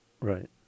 Right